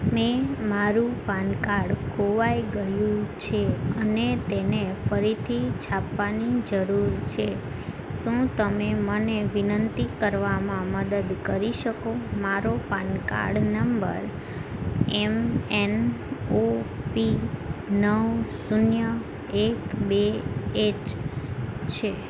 મેં મારું PAN card ખોવાઈ ગયું છે અને તેને ફરીથી છાપવાની જરૂર છે શું તમે મને વિનંતી કરવામાં મદદ કરી શકો મારો પાન કાર્ડ નંબર એમએનઓપી નવ શૂન્ય એક બે એચ છે